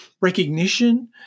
recognition